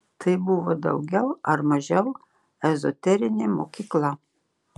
tai buvo daugiau ar mažiau ezoterinė mokykla